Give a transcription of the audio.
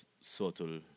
subtle